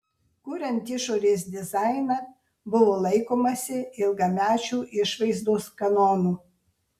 kuriant išorės dizainą buvo laikomasi ilgamečių išvaizdos kanonų